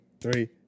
three